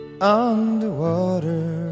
Underwater